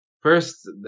first